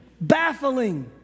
Baffling